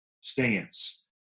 stance